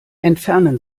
entfernen